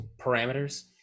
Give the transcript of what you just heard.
parameters